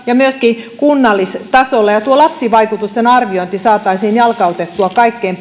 ja myöskin kunnallistasolla ja sitä että tuo lapsivaikutusten arviointi saataisiin jalkautettua kaikkeen